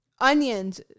Onions